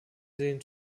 den